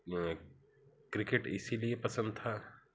मैं क्रिकिट इसीलिए पसंद था